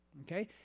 Okay